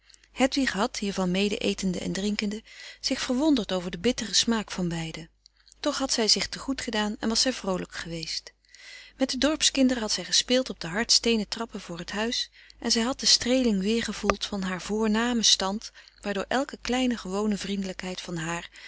hedwig had hiervan mede etende en drinkende zich verwonderd over den bitteren smaak van beide toch had zij zich te goed gedaan en was zij vroolijk geweest met de dorpskinderen had zij gespeeld op de hard steenen trappen voor t huis en zij had de streeling weer gefrederik van eeden van de koele meren des doods voeld van haar voornamen stand waardoor elke kleine gewone vriendelijkheid van haar